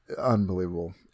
unbelievable